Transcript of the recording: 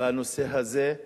בנושא הזה.